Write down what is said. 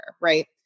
right